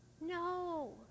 no